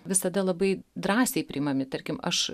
visada labai drąsiai priimami tarkim aš